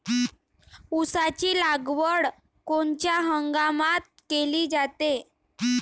ऊसाची लागवड कोनच्या हंगामात केली जाते?